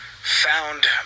found